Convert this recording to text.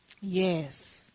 Yes